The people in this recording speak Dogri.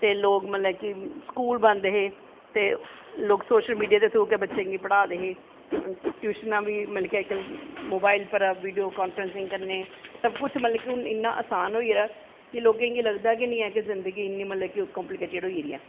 ते लोग मतलव कि स्कूल बंद हे ते लेग सोशल मीडिया दे थ्रू गै बच्चें गी पढ़ा दे हे टयूशनां बी अज्ज कल मतलव बी फोन उप्परा दा वीडियो कांफ्रैंसिंग कन्नैं सब कुश मतलव कि हून इन्ना असान होई गेदा ऐ कि लोकें गी लगदा गै नी ऐ कि जिन्दगी इन्नी कंपलिकेटिड़ गोई गेदी ऐ